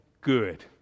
good